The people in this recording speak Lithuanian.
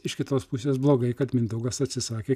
iš kitos pusės blogai kad mindaugas atsisakė